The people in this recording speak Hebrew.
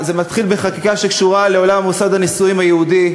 זה מתחיל בחקיקה שקשורה לעולם מוסד הנישואים היהודי,